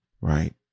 Right